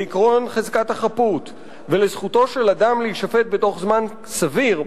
לעקרון חזקת החפות ולזכותו של אדם להישפט בתוך זמן סביר,